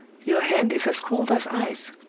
your hand is as cold as ice.